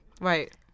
right